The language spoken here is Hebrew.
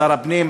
שר הפנים,